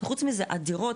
חוץ מזה הדירות,